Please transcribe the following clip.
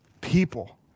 people